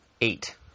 Eight